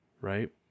Right